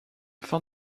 fin